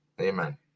Amen